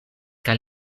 kaj